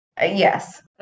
Yes